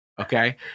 Okay